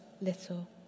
little